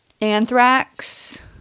anthrax